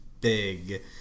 big